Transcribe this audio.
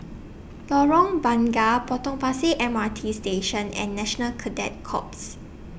Lorong Bunga Potong Pasir M R T Station and National Cadet Corps